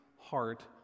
heart